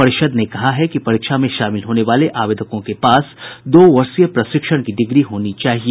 परिषद ने कहा है कि परीक्षा में शामिल होने वाले आवेदकों के पास दो वर्षीय प्रशिक्षण की डिग्री होनी चाहिए